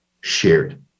shared